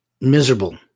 miserable